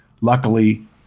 luckily